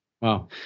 Wow